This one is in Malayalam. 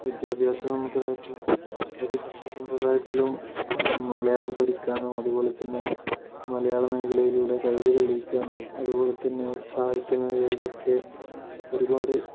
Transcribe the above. വിദ്യാഭ്യാസ സമ്പ്രദായത്തിൽ വിദ്യാഭ്യാസ സമ്പ്രദായത്തിലും മലയാളം പഠിക്കാനും അതുപോലെത്തന്നെ മലയാള മേഖലയിലൂടെ കഴിവ് തെളിയിക്കാനും അതുപോലെത്തന്നെ സാഹിത്യ മേഖലകളിലൊക്കെ ഒരുപാട്